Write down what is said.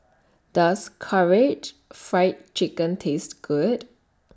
Does Karaage Fried Chicken Taste Good